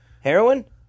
Heroin